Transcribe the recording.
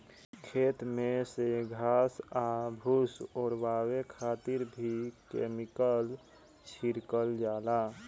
खेत में से घास आ फूस ओरवावे खातिर भी केमिकल छिड़कल जाला